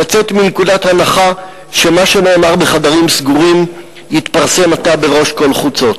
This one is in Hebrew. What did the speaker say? לצאת מנקודת הנחה שמה שנאמר בחדרים סגורים יתפרסם עתה בראש כל חוצות.